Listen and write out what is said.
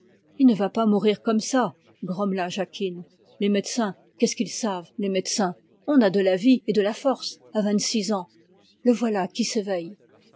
il ne va pas mourir comme ça grommela jacquine les médecins qu'est-ce qu'ils savent les médecins on a de la vie et de la force à vingt-six ans le voilà qui s'éveille